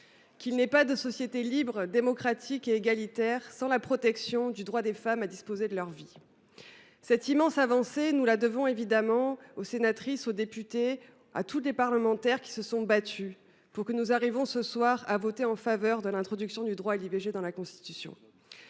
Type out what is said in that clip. qu’il n’est pas de société libre, démocratique et égalitaire sans la protection du droit des femmes à disposer de leur vie. Cette immense avancée, nous la devons évidemment aux sénatrices, aux députées, à tous les parlementaires qui se sont battus pour que nous arrivions ce soir à voter en faveur de l’introduction du droit à l’IVG dans la Constitution.